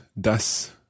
das